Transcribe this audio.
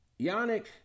Yannick